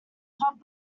popped